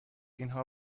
اینها